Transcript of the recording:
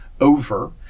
over